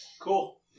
Cool